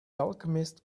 alchemist